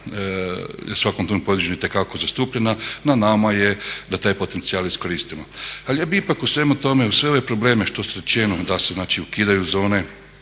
se ne razumije./… zastupljena. Na nama je da taj potencijal iskoristimo. Ali ja bih ipak o svemu tome, uz sve ove probleme što je rečeno da se znači ukidaju zone,